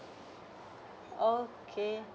okay